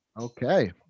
okay